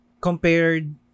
compared